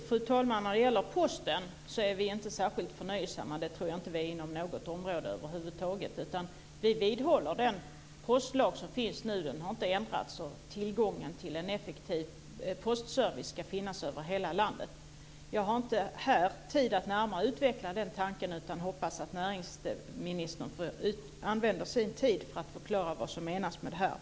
Fru talman! När det gäller Posten är vi inte särskilt förnöjsamma. Det tror jag inte att vi är inom något område över huvud taget. Vi vidhåller den postlag som finns nu, och den har inte ändrats. Tillgången till en effektiv postservice ska finnas över hela landet. Jag har inte här tid att närmare utveckla den tanken, utan hoppas att näringsministern använder sin tid till att förklara vad som menas med det här.